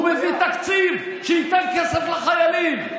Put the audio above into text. הוא מביא תקציב, שייתן כסף לחיילים.